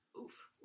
oof